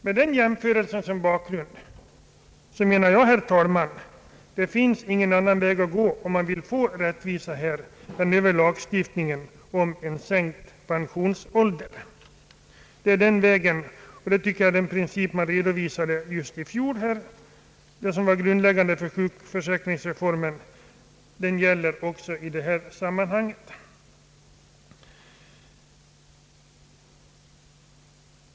Med den jämförelsen som bakgrund menar jag, herr talman, att det inte finns någon annan väg att gå om man också här vill ha rättvisa än över lagstiftning om en sänkt pensionsålder. Den princip som man redovisade i fjol och som var grundläggande för sjukförsäkringsreformen gäller också i detta sammanhang.